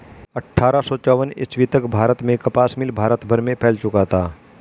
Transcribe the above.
अट्ठारह सौ चौवन ईस्वी तक भारत में कपास मिल भारत भर में फैल चुका था